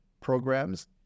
programs